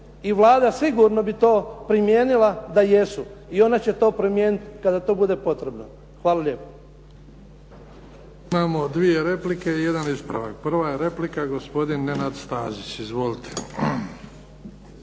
i Vlada sigurno bi to primijenila da jesu i ona će to primijeniti kada to bude potrebno. Hvala lijepo. **Bebić, Luka (HDZ)** Imamo dvije replike i jedan ispravak. Prva je replika gospodin Nenad Stazić. Izvolite.